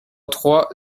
trois